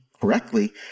correctly